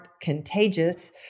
contagious